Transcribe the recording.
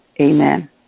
Amen